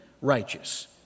righteous